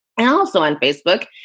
and also on facebook,